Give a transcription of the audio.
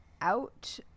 out